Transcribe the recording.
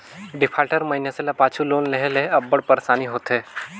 defaulter मइनसे ल पाछू लोन लेहे ले अब्बड़ पइरसानी होथे